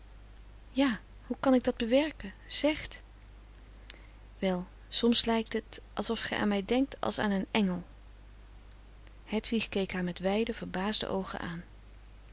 ja hoe kan ik dat bewerken zegt wel soms lijkt het alsof gij aan mij denkt als aan een engel hedwig keek haar met wijde verbaasde oogen aan